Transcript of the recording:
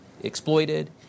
exploited